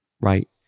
Right